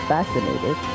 Fascinated